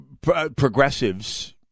progressives